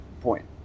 point